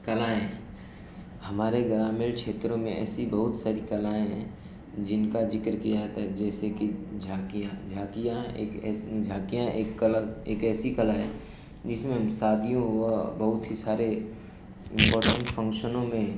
कलाएँ हमारे ग्रामीण क्षेत्रों में ऐसी बहुत सारी कलाएँ हैं जिनका ज़िक्र किया जाता है जैसे कि झाकियाँ झाकियाँ एक ऐसी झाकियाँ एक कला एक ऐसी कला है जिसमें शादियों व बहुत ही सारे इम्पॉर्टेन्ट फ़न्क्शनों में